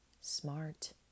smart